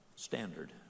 standard